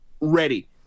ready